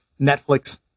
Netflix